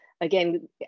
again